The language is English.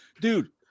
dude